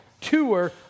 tour